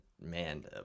man